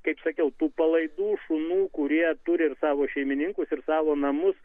kaip sakiau tų palaidų šunų kurie turi ir savo šeimininkus ir tavo namus